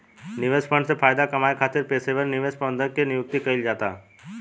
निवेश फंड से फायदा कामये खातिर पेशेवर निवेश प्रबंधक के नियुक्ति कईल जाता